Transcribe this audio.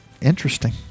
interesting